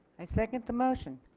i second the motion.